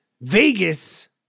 Vegas